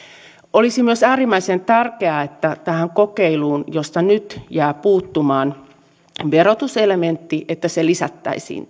olisi myös äärimmäisen tärkeää että tähän kokeiluun josta nyt jää puuttumaan verotus elementti lisättäisiin